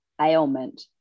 ailment